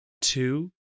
two